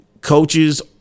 coaches